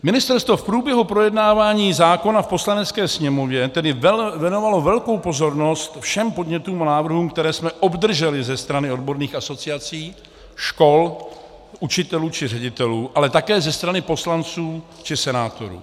Ministerstvo v průběhu projednávání zákona v Poslanecké sněmovně tedy věnovalo velkou pozornost všem podnětům a návrhům, které jsme obdrželi ze strany odborných asociací, škol, učitelů či ředitelů, ale také ze strany poslanců či senátorů.